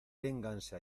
ténganse